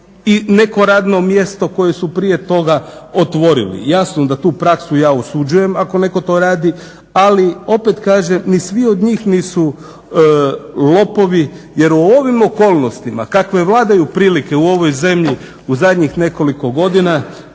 i neko radno mjesto koje su prije toga otvorili. Jasno da tu praksu ja osuđujem ako netko to radi, ali opet kažem ni svi od njih nisu lopovi jer u ovim okolnostima kakve vladaju prilike u ovoj zemlji u zadnjih nekoliko godina